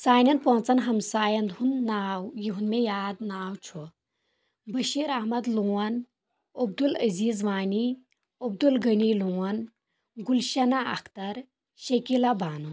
سانٮ۪ن پانٛژن ہمساین ہُنٛد ناو یِہُنٛد مےٚ یاد ناو چُھ بشیٖر احمد لوٗن عبدل العزیٖز وانی عبدالغنی لوٗن گُلشنہ اختر شکیٖلا بانو